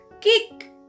Kick